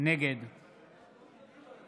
נגד מכלוף